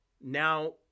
now